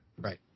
Right